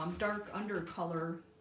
um dark under color